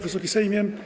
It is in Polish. Wysoki Sejmie!